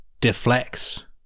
deflects